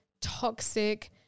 toxic